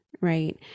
right